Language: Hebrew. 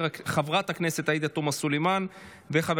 חברת הכנסת עאידה תומא סלימאן וחבר